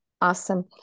Awesome